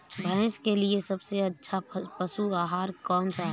भैंस के लिए सबसे अच्छा पशु आहार कौन सा है?